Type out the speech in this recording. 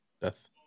Death